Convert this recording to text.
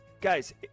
Guys